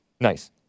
Nice